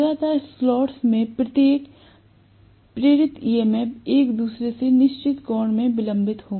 लगातार स्लॉट्स में प्रत्येक प्रेरित ईएमएफ एक दूसरे से निश्चित कोण से विलंबित होगा